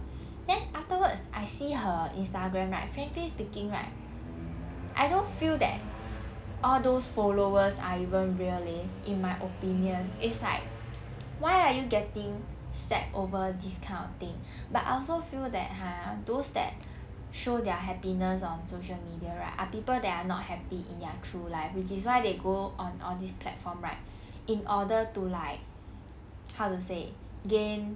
then afterwards I see her instagram like frankly speaking right I don't feel that all those followers are even really in my opinion it's like why are you getting sad over this kind of thing but I also feel that !huh! those that show their happiness on social media right are people that are not happy in their true life which is why they go on all this platform right in order to like how to say gain